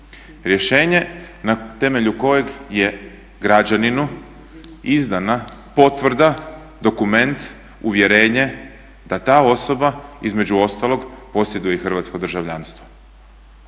rješenje na temelju kojeg je građaninu izdana potvrda, dokument, uvjerenje da ta osoba između ostalog posjeduje i hrvatsko državljanstvo.